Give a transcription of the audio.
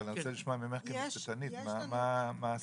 אבל אני רוצה לשמוע ממך כמשפטנית מה הסנקציות